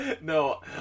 No